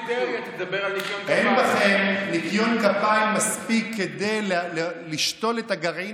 אין בכם ניקיון כפיים מספיק כדי לשתול את הגרעין